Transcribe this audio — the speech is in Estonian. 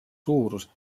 suurus